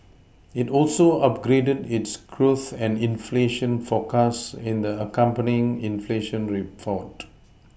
it also upgraded its growth and inflation forecast in the accompanying inflation report